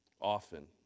often